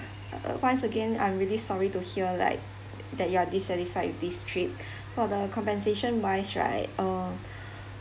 uh once again I'm really sorry to hear like that you are dissatisfied with this trip for the compensation wise right uh